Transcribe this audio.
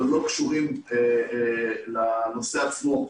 אבל לא קשורים לנושא עצמו,